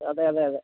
അതെ അതെ അതെ